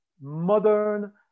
modern